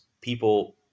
people